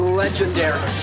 legendary